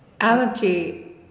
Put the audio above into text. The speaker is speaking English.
Allergy